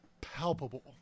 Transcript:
palpable